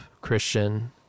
Christian